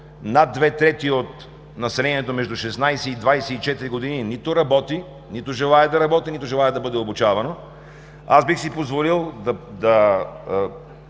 над две трети от населението между 16 и 24 години нито работи, нито желае да работи, нито желае да бъде обучавано, аз бих си позволил да